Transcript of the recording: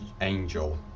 angel